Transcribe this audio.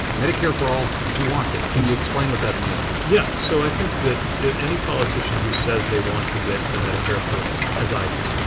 medicare for all who want it. can you explain what that means? yeah. so i think that any politician who says they want to get to medicare for all, as i do,